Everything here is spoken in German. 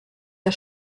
der